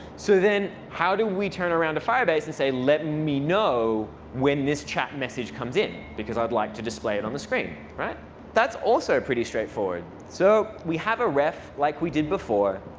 so then how do we turn around to firebase and say, let me know when this chat message comes in, because i'd like to display it on the screen? that's also pretty straightforward. so we have a ref like we did before.